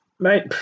Mate